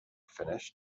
finished